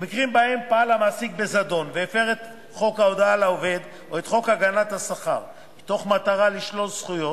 חברת הכנסת מרינה סולודקין ושלי.